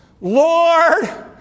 Lord